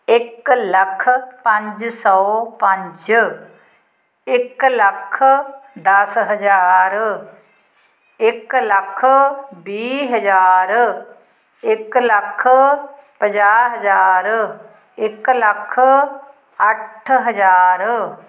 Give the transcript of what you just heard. ਇੱਕ ਲੱਖ ਪੰਜ ਸੌ ਪੰਜ ਇੱਕ ਲੱਖ ਦਸ ਹਜ਼ਾਰ ਇੱਕ ਲੱਖ ਵੀਹ ਹਜ਼ਾਰ ਇੱਕ ਲੱਖ ਪੰਜਾਹ ਹਜ਼ਾਰ ਇੱਕ ਲੱਖ ਅੱਠ ਹਜ਼ਾਰ